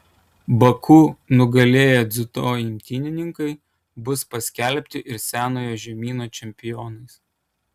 baku nugalėję dziudo imtynininkai bus paskelbti ir senojo žemyno čempionais